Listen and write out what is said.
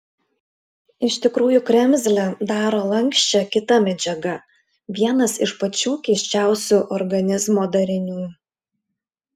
iš tikrųjų kremzlę daro lanksčią kita medžiaga vienas iš pačių keisčiausių organizmo darinių